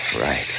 Right